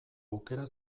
aukera